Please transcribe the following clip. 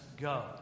go